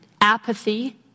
apathy